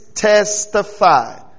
testify